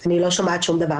אני מאוד מודה לך.